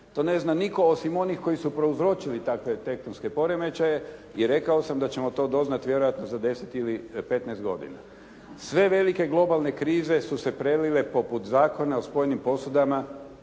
To ne zna nitko osim onih koji su prouzročili takve tektonske poremećaje i rekao sam da ćemo to doznati vjerojatno za 10 ili 15 godina. Sve velike globalne krize su se prelile poput zakona u spojenim posudama